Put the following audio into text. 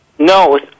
No